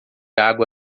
água